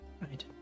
Right